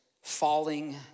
falling